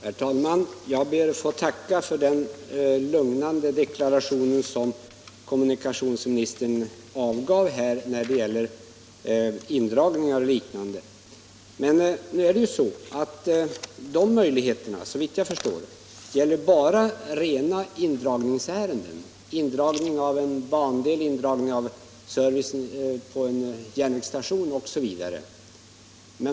Herr talman! Jag ber att få tacka för den lugnande deklaration som kommunikationsministern avgav i fråga om indragningar och liknande. Men omprövningsmöjligheterna gäller ju — såvitt jag förstår — bara rena indragningsärenden, t.ex. indragning av en bandel, servicen på en järnvägsstation osv.